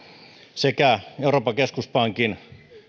sekä euroopan keskuspankin